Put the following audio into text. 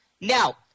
Now